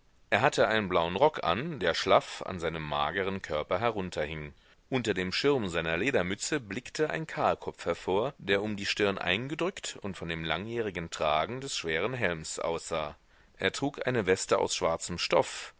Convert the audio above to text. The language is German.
er hatte einen blauen rock an der schlaff an seinem mageren körper herunterhing unter dem schirm seiner ledermütze blickte ein kahlkopf hervor der um die stirn eingedrückt von dem langjährigen tragen des schweren helms aussah er trug eine weste aus schwarzem stoff